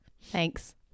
Thanks